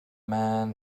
man